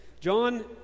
John